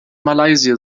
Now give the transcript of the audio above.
malaysia